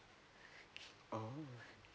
oh